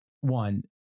one